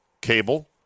cable